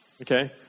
Okay